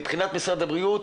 מבחינת משרד הבריאות